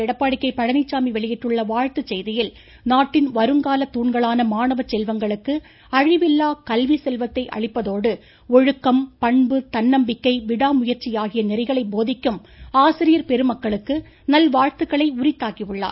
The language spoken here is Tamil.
எடப்பாடி வெளியிட்டுள்ள வாழ்த்துச்செய்தியில் நாட்டின் வருங்கால தாண்களான மாணவச்செல்வங்களுக்கு அழிவில்லா கல்வி செல்வத்தை அளிப்பதோடு ஒழுக்கம் பண்பு தன்னம்பிக்கை விடாமுயற்சி ஆகிய நெறிகளை போதிக்கும் ஆசிரியர் பெருமக்களுக்கு நல்வாழ்த்துக்களை உரித்தாக்கியுள்ளார்